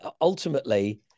ultimately